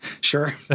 sure